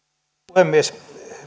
puhemies